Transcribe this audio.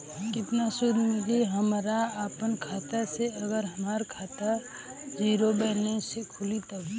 केतना सूद मिली हमरा अपना खाता से अगर हमार खाता ज़ीरो बैलेंस से खुली तब?